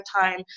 time